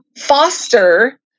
foster